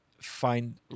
Find